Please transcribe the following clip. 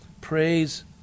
praise